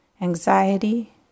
anxiety